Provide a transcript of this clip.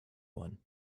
one